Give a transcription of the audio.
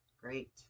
great